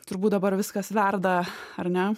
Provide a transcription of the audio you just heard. turbūt dabar viskas verda ar ne